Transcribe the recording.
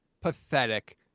pathetic